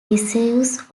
reserves